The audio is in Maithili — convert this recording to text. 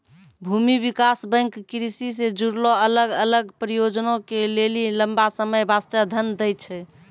भूमि विकास बैंक कृषि से जुड़लो अलग अलग परियोजना के लेली लंबा समय बास्ते धन दै छै